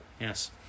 Yes